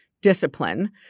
discipline